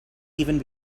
even